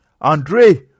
Andre